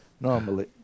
normally